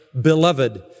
beloved